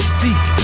seek